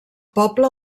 poble